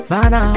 Sana